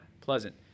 pleasant